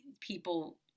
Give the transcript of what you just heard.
people